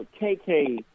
KK